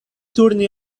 turni